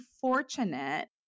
fortunate